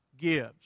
gives